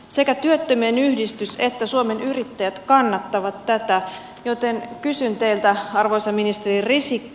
sekä työttömien yhdistys että suomen yrittäjät kannattavat tätä joten kysyn teiltä arvoisa ministeri risikko